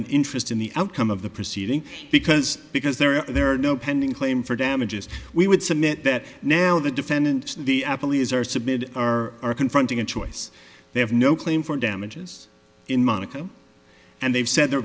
an interest in the outcome of the proceeding because because there are there are no pending claim for damages we would submit that now the defendant the apple is or submitted are confronting a choice they have no claim for damages in monaco and they've said they're